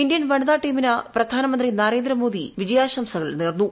Indian വനിതാ ടീമിന് പ്രധാനമന്ത്രി നരേന്ദ്രമോദി വിജയാശംസകൾ നേർന്നു